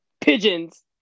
Pigeons